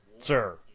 Sir